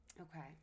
Okay